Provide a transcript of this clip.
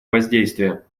воздействие